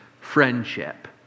friendship